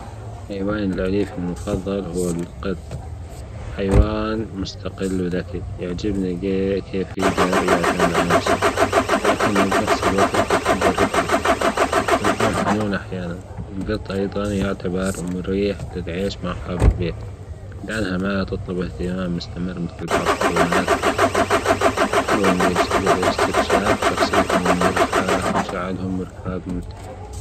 حيوانى الاليف المفضل هو الجط حيوان مستتقل وزكى يعجبنى كيف يقدر يعتمد على نفسة لاكنه بنفس الوقت يحب الرفجه ويكون حنون أحيانا الجط أيضا يعتبر مريح انى أحنا نعيش معها فى البيت لانها لا تطلب أهتمام مستمر مثل بعض الحيوانات الاخرى